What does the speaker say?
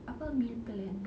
apa meal plans